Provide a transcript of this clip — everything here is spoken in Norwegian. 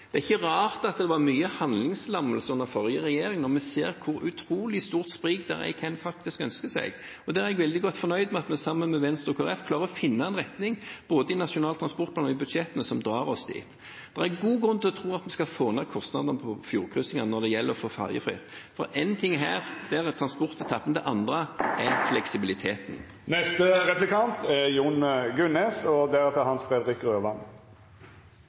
Det er ikke rart at det var mye handlingslammelse under den forrige regjeringen når vi ser hvor utrolig stort sprik det er i hva man faktisk ønsker seg. Jeg er veldig godt fornøyd med at vi sammen med Venstre og Kristelig Folkeparti klarer å finne en retning å dra i både i Nasjonal transportplan og i budsjettene. Det er god grunn til å tro at vi skal få ned kostnadene på fjordkryssingene når de blir ferjefri. Én ting er transportetappen, det andre er fleksibiliteten. Jeg må forklare litt om den innsatsen man i NTP-en faktisk har sagt man skal gjøre for sykkelveier i Trondheim. Der er